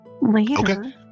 Later